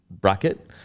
bracket